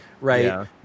right